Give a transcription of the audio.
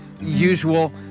usual